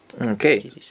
Okay